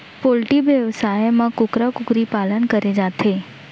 poultry बेवसाय म कुकरा कुकरी पालन करे जाथे